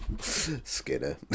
Skinner